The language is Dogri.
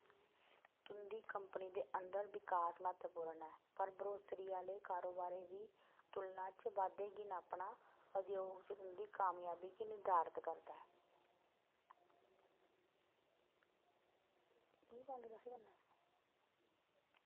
तुं'दी कंपनी दे अंदर विकास म्हत्तवपूर्ण ऐ पर बरोसरी आह्ले कारोबारें दी तुलना च बाद्धे गी नापना उद्योग च तुं'दी कामयाबी गी निधारत करदा ऐ